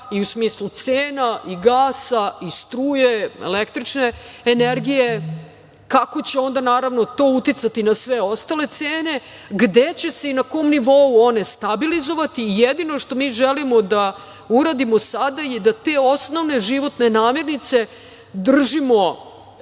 i u smislu cena, i gasa, i struje, električne energije, kako će naravno to uticati na sve ostale cene, gde će se i na kom nivou one stabilizovati. Jedino što mi želimo da uradimo sada je da cenu tih osnovnih životnih namirnica držimo